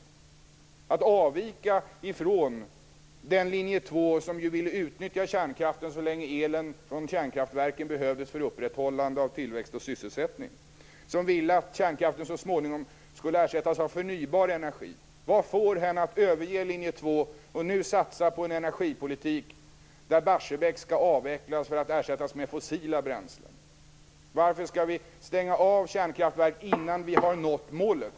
Vad har fått henne att avvika från den linje 2 som ville utnyttja kärnkraften så länge elen från kärnkraftverken behövdes för upprätthållande av tillväxt och sysselsättningen, som ville att kärnkraften så småningom skulle ersättas av förnybar energi? Vad får henne att överge linje 2 och nu satsa på en energipolitik där Barsebäck skall avvecklas för att ersättas med fossila bränslen? Varför skall vi stänga av kärnkraftverk innan vi har nått målet?